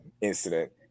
incident